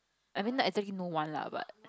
I mean like exactly no one lah but